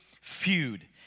feud